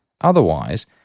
Otherwise